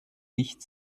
nicht